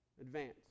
Advance